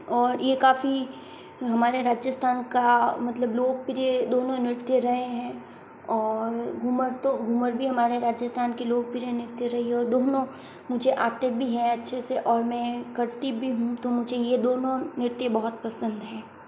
और ये काफ़ी हमारे राजस्थान का मतलब लोकप्रिय दोनों नृत्य रहे हैं और घूमर तो घूमर भी हमारे राजस्थान की लोकप्रिय नृत्य रही है और दोनों मुझे आते भी हैं अच्छे से और मैं करती भी हूँ तो मुझे ये दोनों नृत्य बहुत पसंद हैं